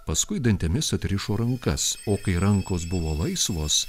paskui dantimis atrišo rankas o kai rankos buvo laisvos